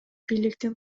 бийликтин